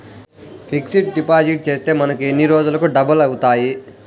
Fixed deposit చేస్తే మనకు ఎన్ని రోజులకు డబల్ అవుతాయి?